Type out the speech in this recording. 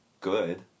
good